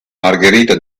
margherita